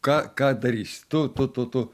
ką ką darysi tu tu tu tu